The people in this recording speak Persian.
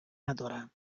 ندارم